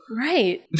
Right